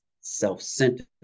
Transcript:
self-centered